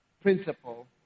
principle